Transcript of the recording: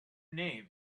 name